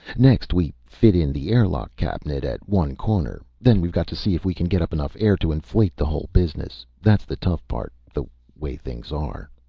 next we fit in the airlock cabinet, at one corner. then we've got to see if we can get up enough air to inflate the whole business. that's the tough part the way things are.